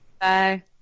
Bye